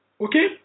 Okay